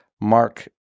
mark